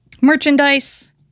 merchandise